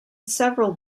several